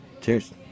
Cheers